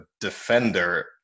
defender